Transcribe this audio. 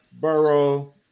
Burrow